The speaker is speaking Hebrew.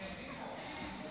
הכנסת